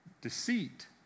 deceit